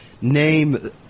name